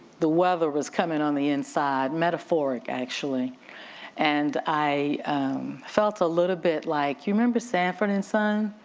the weather was coming on the inside, metaphoric, actually and i felt a little bit like, you remember sanford and son?